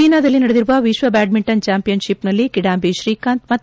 ಚೀನಾದಲ್ಲಿ ನಡೆದಿರುವ ವಿಶ್ವ ಬ್ಯಾಡ್ಮಿಂಟನ್ ಚಾಂಪಿಯನ್ಷಿಪ್ನಲ್ಲಿ ಕಿಡಾಂಬಿ ಶ್ರೀಕಾಂತ್ ಮತ್ತು ಬಿ